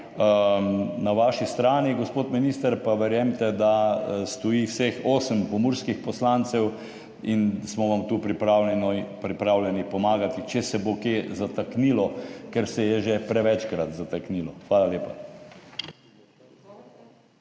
Na vaši strani, gospod minister, pa verjemite, da stoji vseh osem pomurskih poslancev in smo vam tu pripravljeni pomagati, če se bo kje zataknilo, ker se je že prevečkrat zataknilo. Hvala lepa.